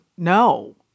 No